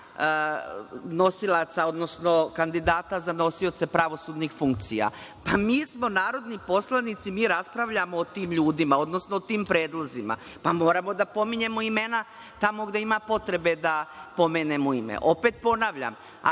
nosilaca, odnosno kandidata za nosioce pravosudnih funkcija. Mi smo narodni poslanici, mi raspravljamo o tim ljudima, odnosno o tim predlozima, moramo da pominjemo imena tamo gde ima potrebe da pomenemo ime. Opet ponavljam,